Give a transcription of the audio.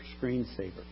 screensaver